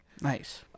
Nice